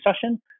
session